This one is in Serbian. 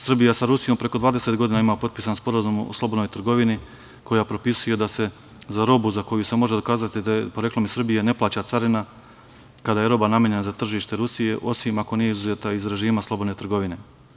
Srbija sa Rusijom preko 20 godina ima potpisan Sporazum o slobodnoj trgovini, koji propisuje da se za robu za koju se može dokazati da je poreklom iz Srbije ne plaća carina kada je roba namenjena za tržište Rusije, osim ako nije izuzeta iz režima slobodne trgovine.